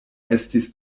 estis